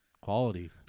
quality